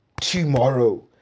tomorrow